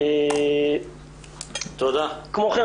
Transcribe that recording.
כמו כן,